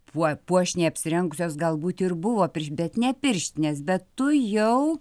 puo puošniai apsirengusios galbūt ir buvo pirš bet ne pirštinės bet tu jau